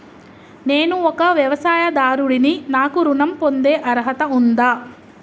నేను ఒక వ్యవసాయదారుడిని నాకు ఋణం పొందే అర్హత ఉందా?